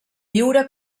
lliure